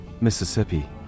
Mississippi